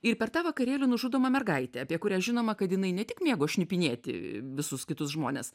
ir per tą vakarėlį nužudoma mergaitė apie kurią žinoma kad jinai ne tik mėgo šnipinėti visus kitus žmones